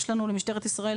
למשטרת ישראל,